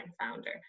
founder